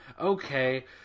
Okay